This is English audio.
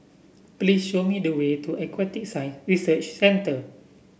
please show me the way to Aquatic Science Research Centre